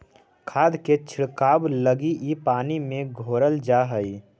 खाद के छिड़काव लगी इ पानी में घोरल जा हई